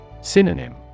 Synonym